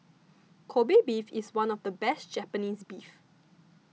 Kobe Beef is one of the best Japanese beef